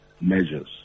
measures